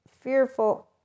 fearful